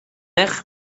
eich